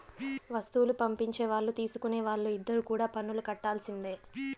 వస్తువులు పంపించే వాళ్ళు తీసుకునే వాళ్ళు ఇద్దరు కూడా పన్నులు కట్టాల్సిందే